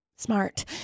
Smart